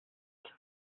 c’est